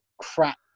crap